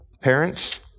Parents